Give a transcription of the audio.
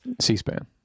C-SPAN